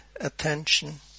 attention